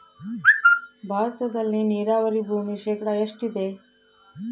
ಭಾರತದಲ್ಲಿ ನೇರಾವರಿ ಭೂಮಿ ಶೇಕಡ ಎಷ್ಟು ಇದೆ?